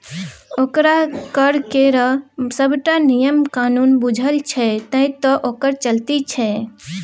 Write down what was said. ओकरा कर केर सभटा नियम कानून बूझल छै तैं तँ ओकर चलती छै